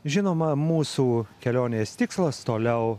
žinoma mūsų kelionės tikslas toliau